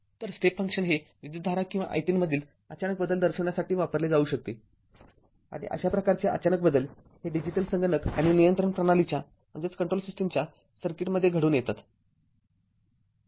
तर step function हे विद्युतधारा किंवा i३ मधील अचानक बदल दर्शविण्यासाठी वापरले जाऊ शकते आणि अशा प्रकारचे अचानक बदल हे डिजिटल संगणक आणि नियंत्रण प्रणालीच्या सर्किटमध्ये घडून येतात